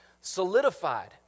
solidified